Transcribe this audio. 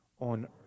on